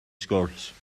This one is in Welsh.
sgwrs